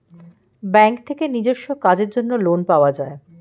bank থেকে নিজস্ব কাজের জন্য লোন পাওয়া যায়